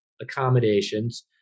accommodations